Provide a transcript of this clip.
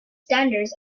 standards